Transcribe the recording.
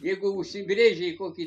jeigu užsibrėžei kokį